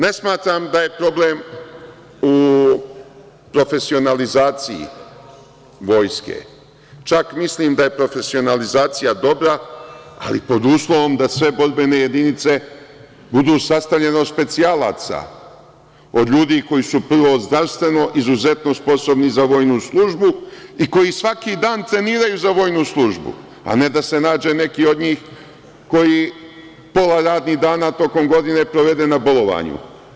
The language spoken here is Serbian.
Ne smatram da je problem u profesionalizaciji Vojske, čak mislim da je profesionalizacija dobra, ali pod uslovom da sve borbene jedinice budu sastavljene od specijalaca, od ljudi koji su prvo zdravstveno izuzetno sposobni za vojnu službu i koji svaki dan treniraju za vojnu službu, a ne da se nađe neki od njih koji pola radnih dana tokom godine prevede na bolovanju.